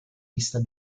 lista